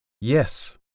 Yes